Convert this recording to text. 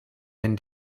been